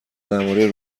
درباره